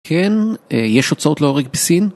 כן, יש הוצאות להורג בסין.